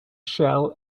shell